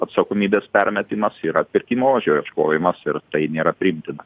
atsakomybės permetimas yra atpirkimo ožio ieškojimas ir tai nėra priimtina